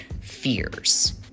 fears